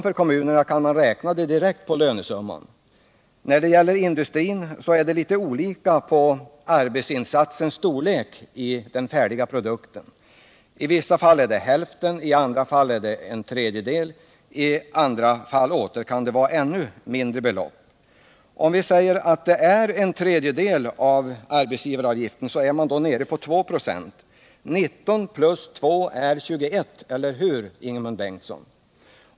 För kommunerna kan man räkna direkt på lönesumman. När det gäller industrin är det litet olika beroende på arbetsinsatsens storlek i den färdiga produkten. I vissa fall kan den vara hälften, i andra fall kan den vara tredjedel och i ytterligare andra fall kan den vara ännu mindre. Om vi tar exemplet att lönedelen är en tredjedel av varans värde blir arbetsgivaravgiftens andel 2 96. 19+2=21, eller hur, Ingemund Bengtsson?